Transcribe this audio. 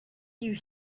you